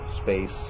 space